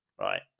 right